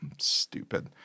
Stupid